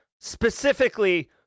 specifically